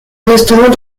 restaurant